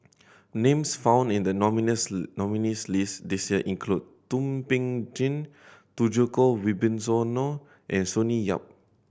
names found in the nominees' nominees' list this year include Thum Ping Tjin Djoko Wibisono and Sonny Yap